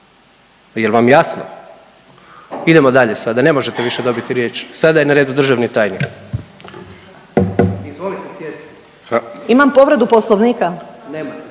jel vam jasno? Idemo dalje sada, ne možete više dobiti riječ. Sada je na redu državni tajnik. Izvolite sjest. **Vidović Krišto,